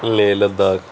Leh Ladakh